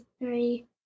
three